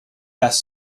best